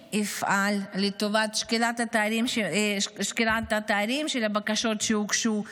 מי יפעל לטובת שקילת התארים של הבקשות שהוגשו?